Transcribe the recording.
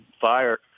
fire